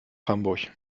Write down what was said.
hamburg